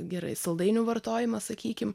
gerai saldainių vartojimą sakykim